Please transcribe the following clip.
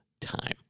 time